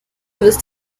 ist